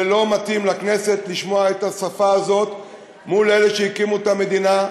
לא מתאים לכנסת לשמוע את השפה הזאת מול אלה שהקימו את המדינה,